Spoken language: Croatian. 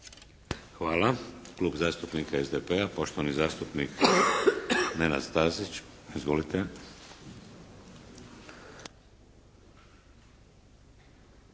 Hvala. Klub zastupnika SDP-a, poštovani zastupnik Nenad Stazić. Izvolite!